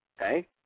Okay